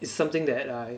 it's something that I